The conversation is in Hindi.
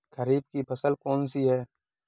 खरीफ की फसल कौन सी है?